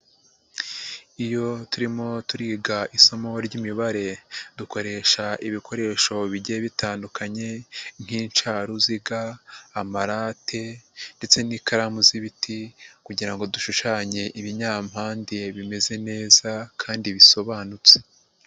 Iyo turimo turiga isomo ry'imibare dukoresha ibikoresho bijyiye bitandukanye nk'icaruziga, amarate, ndetse n'ikaramu z'ibiti kugira ngo dushushanye ibinyampande bimeze neza kandi bisobanutse.